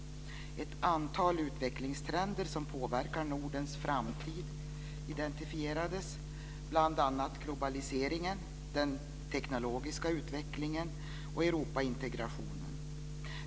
Ett antal utvecklingstrender som påverkar Nordens framtid identifierades, bl.a. globaliseringen, den teknologiska utvecklingen och Europaintegrationen.